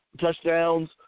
touchdowns